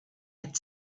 had